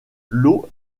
l’eau